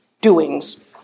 doings